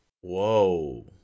Whoa